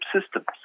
systems